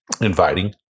inviting